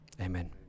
Amen